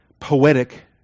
poetic